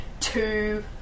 two